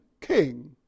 king